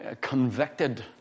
convicted